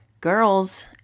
Girls